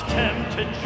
tempted